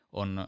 on